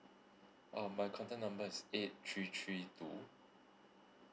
um my contact number is eight three three two